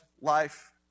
life